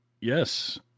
Yes